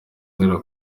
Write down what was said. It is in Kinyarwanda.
azira